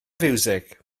fiwsig